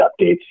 updates